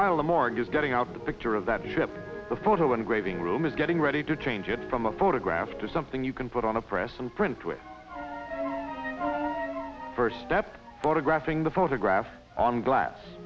while the morgue is getting out of the picture of that ship the photo engraving room is getting ready to change it from a photograph to something you can put on a press and print to it first step photographing the photograph on glass